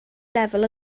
lefel